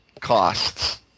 costs